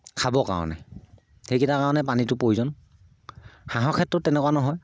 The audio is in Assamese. খাবৰ কাৰণে সেইকেইটা কাৰণে পানীটো প্ৰয়োজন হাঁহৰ ক্ষেত্ৰত তেনেকুৱা নহয়